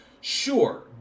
sure